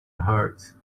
hurts